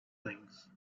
things